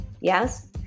Yes